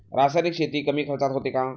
रासायनिक शेती कमी खर्चात होते का?